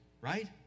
right